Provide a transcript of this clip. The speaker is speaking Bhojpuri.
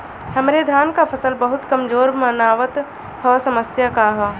हमरे धान क फसल बहुत कमजोर मनावत ह समस्या का ह?